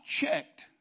checked